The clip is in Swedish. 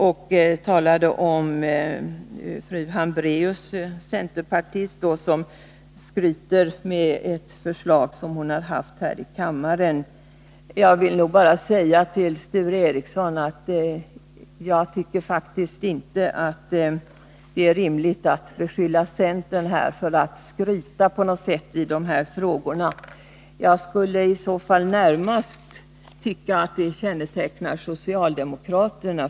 Han talade om fru Hambraeus, centerpartist, som skryter med ett förslag som hon framfört här i kammaren. Jag vill då bara säga Sture Ericson att jag faktiskt inte tycker att det är rimligt att beskylla centern för att skryta i dessa frågor. Jag tycker att ett sådant omdöme närmast kan vara betecknande för socialdemokraterna.